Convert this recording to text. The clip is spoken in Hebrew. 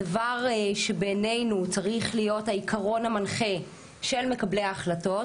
הדבר שבעינינו צריך להיות העיקרון המנחה של מקבלי ההחלטות